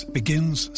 begins